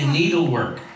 needlework